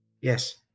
Yes